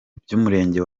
by’umurenge